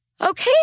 Okay